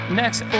next